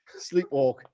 Sleepwalk